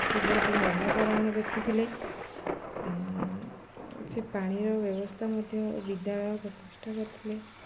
ସେ ବହୁତ ଧର୍ମ ପରାୟଣ ବ୍ୟକ୍ତି ଥିଲେ ସେ ପାଣିର ବ୍ୟବସ୍ଥା ମଧ୍ୟ ବିଦ୍ୟାଳୟ ପ୍ରତିଷ୍ଠା କରିଥିଲେ